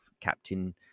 Captain